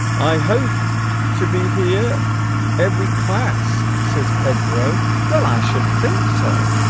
i hope to be here every class says pedro well i should think so